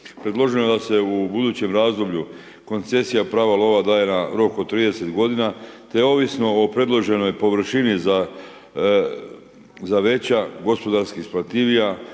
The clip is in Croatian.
Predloženo je da se u budućem razdoblju koncesija prava lova daje na rok od 30 g. te ovisno o predloženoj površini za veća gospodarski isplativija